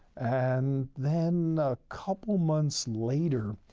and then, a couple months later,